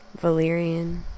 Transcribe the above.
Valyrian